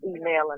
emailing